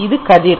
இது கதிர்